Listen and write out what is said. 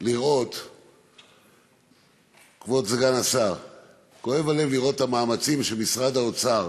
לראות את המאמצים שמשרד האוצר